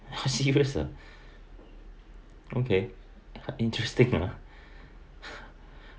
!huh! serious ah okay interesting ah